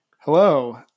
Hello